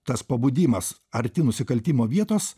tas pabudimas arti nusikaltimo vietos